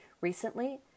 Recently